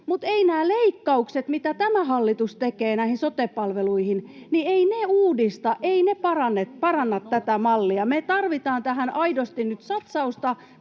mutta eivät nämä leikkaukset, mitä tämä hallitus tekee näihin sote-palveluihin, uudista, eivät ne paranna tätä mallia. Me tarvitaan tähän aidosti nyt satsausta,